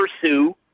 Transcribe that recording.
pursue